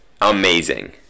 Amazing